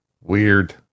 Weird